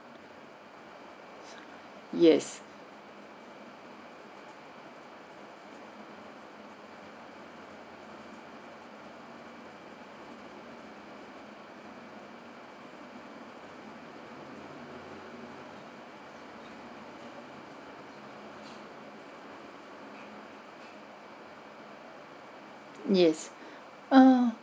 yes yes err